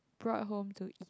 brought home to eat